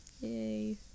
Yay